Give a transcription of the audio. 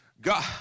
God